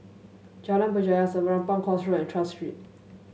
Jalan Berjaya Serapong Course Road and Tras Street